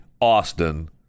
Austin